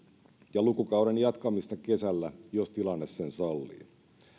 ja lukukauden jatkamista kesällä jos tilanne sen sallii